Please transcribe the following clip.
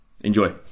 Enjoy